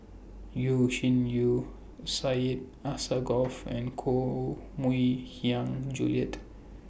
Yeo Shih Yun Syed Alsagoff and Koh Mui Hiang Julie